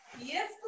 Yes